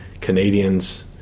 Canadians